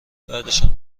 بعدشم